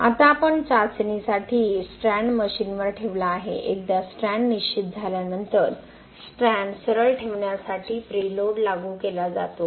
आता आपण चाचणीसाठी स्ट्रँड मशीनवर ठेवला आहे एकदा स्ट्रँड निश्चित झाल्यानंतर स्ट्रँड सरळ ठेवण्यासाठी प्रीलोड लागू केला जातो